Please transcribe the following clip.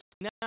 now